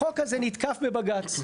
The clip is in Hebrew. החוק הזה נתקף בבג"ץ.